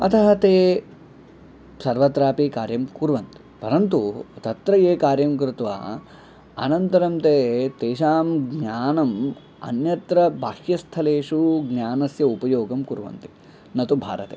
अतः ते सर्वत्रापि कार्यं कुर्वन् परन्तु तत्र ये कार्यं कृत्वा अनन्तरं ते तेषां ज्ञानम् अन्यत्र बाह्यस्थलेषु ज्ञानस्य उपयोगं कुर्वन्ति न तु भारते